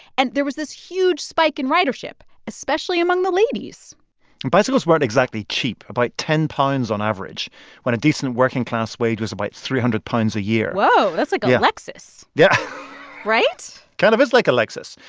and there was this huge spike in ridership, especially among the ladies and bicycles weren't exactly cheap about ten pounds on average when a decent working-class wage was about three hundred pounds a year whoa. that's like a lexus yeah right? it kind of is like a lexus.